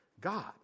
God